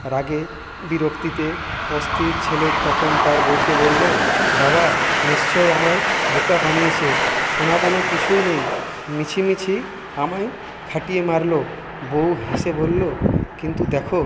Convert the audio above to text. রাগে বিরক্তিতে অস্থির ছেলে তখন তার বউকে বললো বাবা নিশ্চই আমায় বোকা বানিয়েছে সোনাদানা কিছুই নেই মিছিমিছি আমায় খাটিয়ে মারলো বউ হেসে বললো কিন্তু দেখো